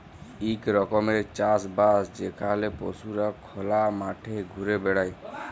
ইক রকমের চাষ বাস যেখালে পশুরা খলা মাঠে ঘুরে বেড়ায়